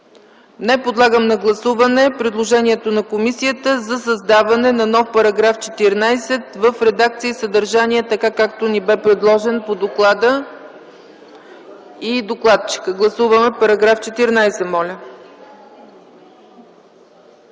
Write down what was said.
Не. Подлагам на гласуване предложението на комисията за създаване на нов § 14 в редакция и съдържание, така както ни бе предложен по доклада и докладчика. Гласуваме § 14, моля.